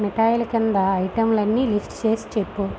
మిఠాయిలు కింద ఐటెంలన్నీ లిస్టు చేసి చెప్పు